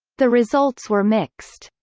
the results were mixed.